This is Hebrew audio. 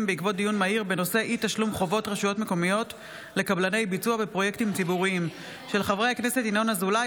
בעקבות דיון מהיר בהצעתם של חברי הכנסת ינון אזולאי,